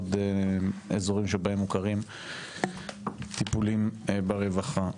עוד אזורים שבהם מוכרים טיפולים ברווחה.